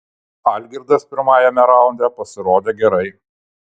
algirdas pirmajame raunde pasirodė gerai